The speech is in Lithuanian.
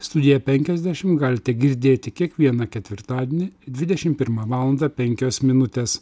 sudiją penkiasdešimt galite girdėti kiekvieną ketvirtadienį dvidešimt pirmą valandą penkios minutės